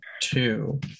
two